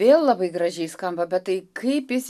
vėl labai gražiai skamba bet tai kaip jis